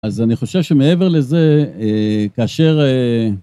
אז אני חושב שמעבר לזה, כאשר...